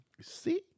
See